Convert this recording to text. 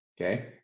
okay